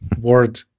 word